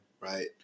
right